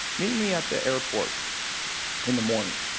meet me at the airport in the morning.